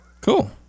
Cool